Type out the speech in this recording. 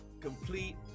complete